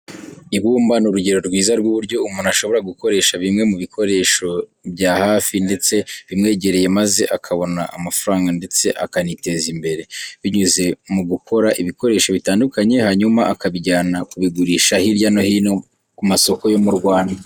Ibumba ni urugero rwiza rw'uburyo umuntu ashobora gukoresha bimwe mu bikoresho bya hafi ndetse bimwegereye maze akabona amafaranga ndetse akaniteza imbere, binyuze mu gukora ibikoresho bitandukanye, hanyuma akabijyana kubigurisha hirya no hino ku masoko yo mu Rwanda.